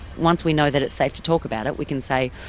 once we know that it's safe to talk about it, we can say,